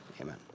Amen